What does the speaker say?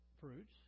fruits